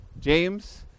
James